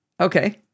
Okay